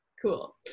Cool